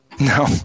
No